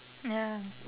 ya